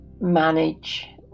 manage